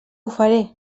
faré